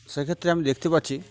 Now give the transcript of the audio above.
সেক্ষেত্রে আমি দেখতে পাচ্ছি